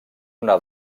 una